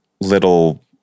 little